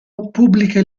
pubblica